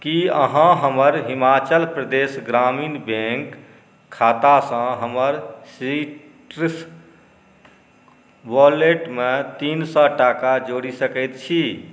की अहाँ हमर हिमाचल प्रदेश ग्रामीण बैंक खातासँ हमर सीट्रस वॉलेटमे तीन सए टाका जोड़ि सकैत छी